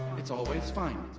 it's always fine.